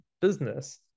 business